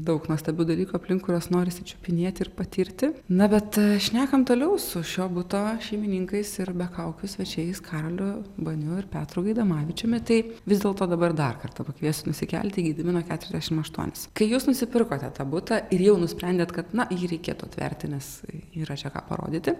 daug nuostabių dalykų aplink kuriuos norisi čiupinėti ir patirti na bet šnekam toliau su šio buto šeimininkais ir be kaukės svečiais karoliu baniu ir petru gaidamavičiumi tai vis dėlto dabar dar kartą pakviesiu nusikelti į gedimino keturiasdešim aštuonis kai jūs nusipirkote tą butą ir jau nusprendėt kad na jį reikėtų atverti nes yra čia ką parodyti